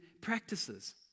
practices